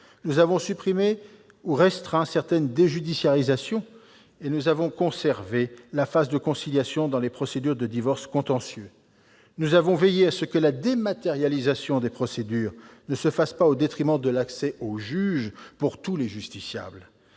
Elle a supprimé ou restreint certaines déjudiciarisations. Elle a conservé la phase de conciliation dans les procédures de divorce contentieux. Elle a veillé à ce que la dématérialisation des procédures ne se fasse pas au détriment de l'accès au juge pour tous les justiciables.